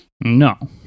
no